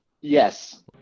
Yes